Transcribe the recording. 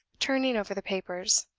turning over the papers,